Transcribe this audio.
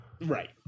Right